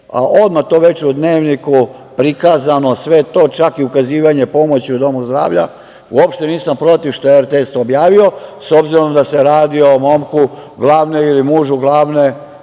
je odmah to veče u Dnevniku prikazano sve to, čak i ukazivanje pomoći u domu zdravlja. Uopšte nisam protiv što je RTS to objavio, s obzirom da se radi o momku ili mužu jedne